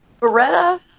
Beretta